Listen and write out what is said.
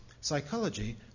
Psychology